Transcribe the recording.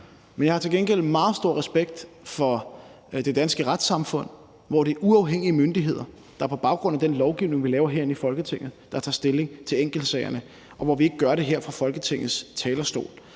Men jeg har til gengæld meget stor respekt for det danske retssamfund, hvor det er uafhængige myndigheder, der på baggrund af den lovgivning, vi laver herinde i Folketinget, tager stilling til enkeltsagerne, og hvor vi ikke gør det her fra Folketingets talerstol.